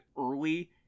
early